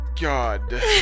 god